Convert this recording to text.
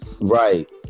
Right